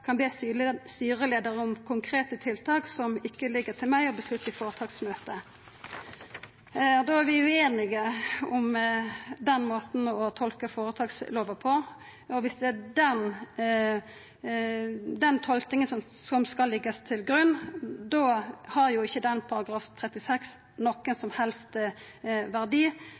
kan be styreleder om konkrete tiltak som ikke ligger til meg å beslutte i foretaksmøtet.» Då er vi ueinige om den måten å tolka helseføretakslova på. Dersom det er den tolkinga som skal leggjast til grunn, har ikkje § 36 nokon som helst verdi.